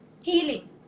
healing